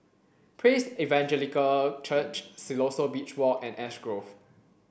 Praise Evangelical Church Siloso Beach Walk and Ash Grove